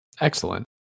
Excellent